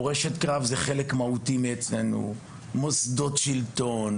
גם מורשת קרב זה חלק מהותי אצלנו וגם ביקור במוסדות שלטון.